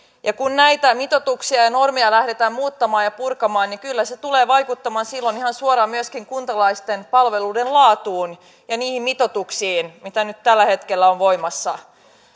kun näitä mitoituksia ja normeja lähdetään muuttamaan ja purkamaan niin kyllä se tulee vaikuttamaan silloin ihan suoraan myöskin kuntalaisten palveluiden laatuun ja niihin mitoituksiin jotka nyt tällä hetkellä ovat voimassa